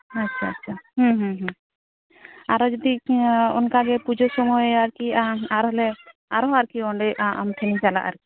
ᱟᱪᱪᱷᱟ ᱟᱪᱪᱷᱟ ᱦᱩᱸ ᱦᱩᱸ ᱦᱩᱸ ᱟᱨᱚ ᱡᱩᱫᱤ ᱚᱱᱠᱟ ᱜᱮ ᱯᱩᱡᱟᱹ ᱥᱚᱢᱚᱭ ᱟᱨᱠᱤ ᱟᱢ ᱟᱨᱚᱞᱮ ᱟᱨᱦᱚᱸ ᱟᱨᱠᱤ ᱚᱸᱰᱮ ᱟᱢ ᱴᱷᱮᱱ ᱪᱟᱞᱟᱜᱼᱟ ᱟᱨᱠᱤ